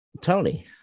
tony